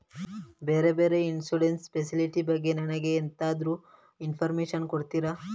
ಬೇರೆ ಬೇರೆ insurance facility ಬಗ್ಗೆ ನನಗೆ ಎಂತಾದ್ರೂ ಇನ್ಫೋರ್ಮೇಷನ್ ಕೊಡ್ತೀರಾ?